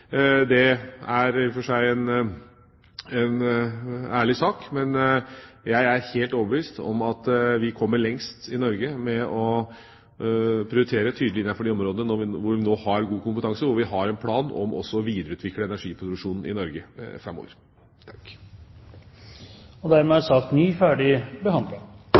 i og for seg en ærlig sak, men jeg er helt overbevist om at vi kommer lengst i Norge med å prioritere tydelig innenfor de områdene hvor vi nå har god kompetanse, og hvor vi også har en plan om å videreutvikle energiproduksjonen i Norge framover. Dermed er sak